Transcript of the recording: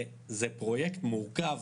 וגם עליי אני צריכה,